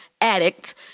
addict